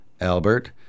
Albert